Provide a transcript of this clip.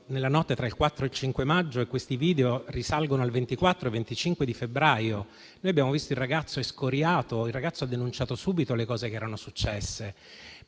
nella notte tra il 4 e 5 maggio, ma quei video risalgono al 24 e 25 febbraio. Noi abbiamo visto il ragazzo escoriato, ma lui ha denunciato subito le cose che erano successe.